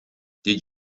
did